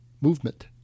movement